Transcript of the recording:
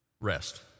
Rest